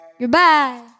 Goodbye